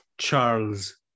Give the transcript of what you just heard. Charles